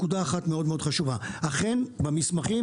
אכן במסמכים,